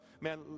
man